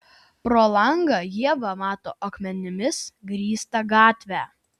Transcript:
pro langą ieva mato akmenimis grįstą gatvę